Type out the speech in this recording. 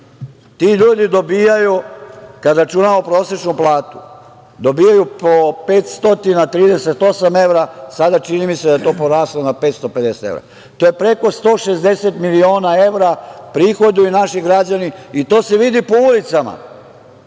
ti ljudi dobijaju, kada računamo prosečnu platu, po 538 evra, a sada čini mi se da je to poraslo na 550 evra i to je preko 160 miliona evra, prihoduju naši građani i to se vidi po ulicama. To